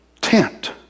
tent